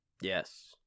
Yes